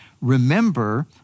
Remember